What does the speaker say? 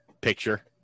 picture